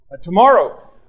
Tomorrow